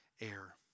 air